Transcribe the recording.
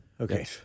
Okay